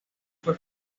fue